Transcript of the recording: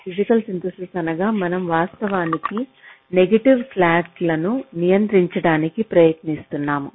physical synthesis అనగా మనం వాస్తవానికి నెగిటివ్ స్లాక్ లను నియంత్రించడానికి ప్రయత్నిస్తున్నాము